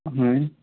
হয়